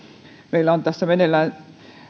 meillä on tässä meneillään